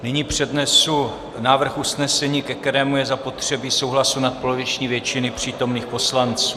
Nyní přednesu návrh usnesení, ke kterému je zapotřebí souhlasu nadpoloviční většiny přítomných poslanců.